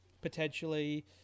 potentially